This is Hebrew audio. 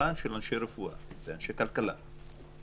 בשולחן של אנשי רפואה ואנשי כלכלה,